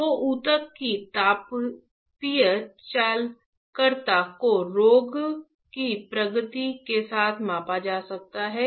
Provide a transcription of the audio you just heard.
तो ऊतक की तापीय चालकता को रोग की प्रगति के साथ मापा जा सकता है